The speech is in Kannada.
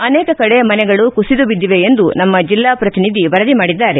ಅನೇಕ ಕಡೆ ಮನೆಗಳು ಕುಸಿದು ಬಿದ್ದಿವೆ ಎಂದು ನಮ್ಮ ಜಿಲ್ಲಾ ಪ್ರತಿನಿಧಿ ವರದಿ ಮಾಡಿದ್ದಾರೆ